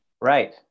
Right